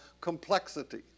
complexity